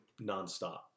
nonstop